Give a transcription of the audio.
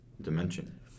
dimension